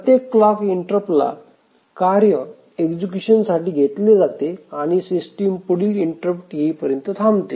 प्रत्येक क्लॉक इंटरप्टला कार्य एक्झिक्युशन साठी घेतले जाते आणि सिस्टिम पुढील इंटरप्ट येईपर्यंत थांबते